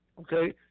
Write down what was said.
okay